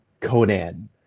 conan